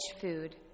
food